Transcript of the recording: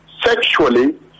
sexually